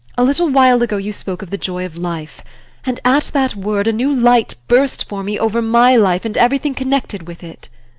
a little while ago you spoke of the joy of life and at that word a new light burst for me over my life and everything connected with it.